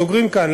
סוגרים כאן,